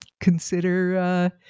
consider